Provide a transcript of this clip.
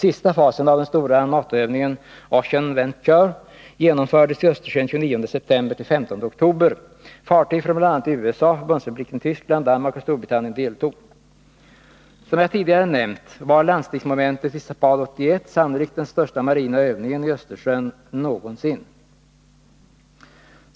Sista fasen av den stora NATO-övningen OCEAN VENTURE genomfördes i Östersjön den 29 september-15 oktober. Fartyg från bl.a. USA, Förbundsrepubliken Tyskland, Danmark och Storbritannien deltog. Som jag tidigare nämnt var landstigningsmomentet i ZAPAD 81 sannolikt den största marina övningen i Östersjön någonsin.